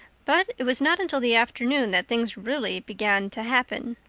but it was not until the afternoon that things really began to happen.